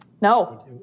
No